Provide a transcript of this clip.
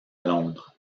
londres